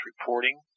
reporting